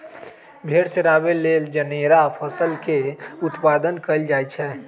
भेड़ा चराबे लेल जनेरा फसल के उत्पादन कएल जाए छै